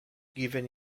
given